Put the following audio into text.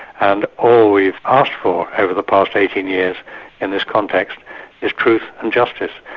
and all we've asked for over the past eighteen years in this context is truth and justice,